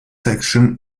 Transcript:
section